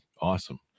awesome